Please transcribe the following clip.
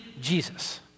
Jesus